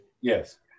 Yes